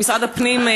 במשרד הפנים,